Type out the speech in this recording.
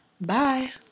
Bye